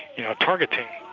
you know, targeting